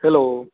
hello